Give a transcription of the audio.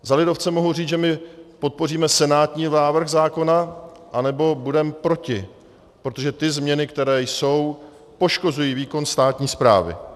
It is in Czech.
Za lidovce mohu říct, že my podpoříme senátní návrh zákona, anebo budeme proti, protože ty změny, které jsou, poškozují výkon státní správy.